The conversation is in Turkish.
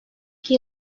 iki